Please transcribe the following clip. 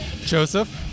Joseph